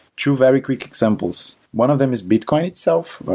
two very quick examples one of them is bitcoin itself,